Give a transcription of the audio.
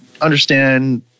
understand